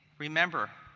remember,